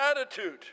attitude